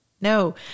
no